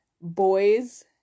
Boys